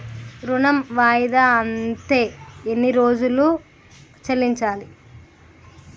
ఋణం వాయిదా అత్తే ఎన్ని రోజుల్లో చెల్లించాలి?